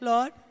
Lord